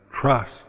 trust